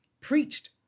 preached